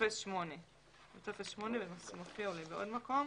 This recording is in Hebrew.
בטופס 8 ואולי בעוד מקום.